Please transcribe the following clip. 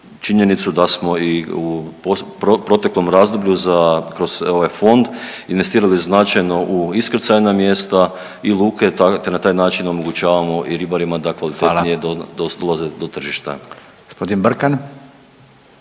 činjenicu da smo i u proteklom razdoblju za, kroz ovaj fond investirali značajno u iskrcajna mjesta i luke te na taj način omogućavamo i ribarima da kvalitetnije .../Upadica: Hvala./... do, ulaze